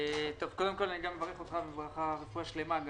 קודם כל, אני מברך אותך בברכת רפואה שלמה.